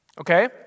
Okay